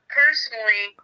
personally